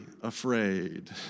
afraid